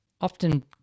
often